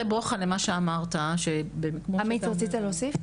בוחן למה שאמרת ש- -- עמית רצית להוסיף?